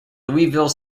louisville